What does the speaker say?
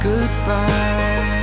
Goodbye